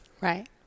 Right